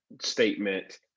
statement